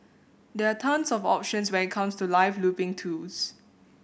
there are tons of options when it comes to live looping tools